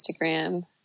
Instagram